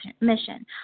mission